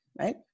right